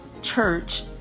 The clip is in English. church